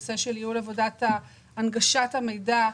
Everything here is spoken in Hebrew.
הנגשת מידע,